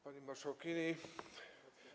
Pani Marszałkini!